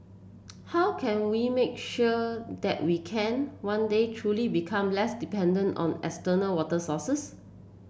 how can we make sure that we can one day truly become less dependent on external water sources